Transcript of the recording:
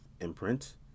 imprint